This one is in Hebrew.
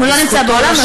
הוא לא נמצא באולם.